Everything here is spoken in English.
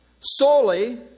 solely